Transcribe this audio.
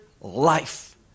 life